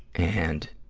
and